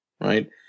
right